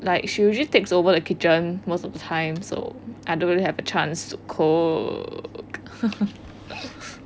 like she usually takes over the kitchen most of the time so I don't really have a chance to cook